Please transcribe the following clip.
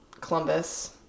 Columbus